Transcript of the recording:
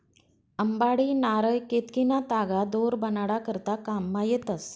अंबाडी, नारय, केतकीना तागा दोर बनाडा करता काममा येतस